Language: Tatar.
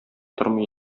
тормый